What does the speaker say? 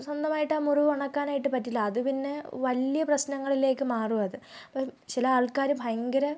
സ്വന്തമായിട്ട് ആ മുറിവ് ഉണക്കാനായിട്ട് പറ്റില്ല അത് പിന്നെ വലിയ പ്രശ്നങ്ങളിലേക്ക് മാറും അത് ഇപ്പോൾ ചില ആൾക്കാർ ഭയങ്കര